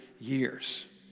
years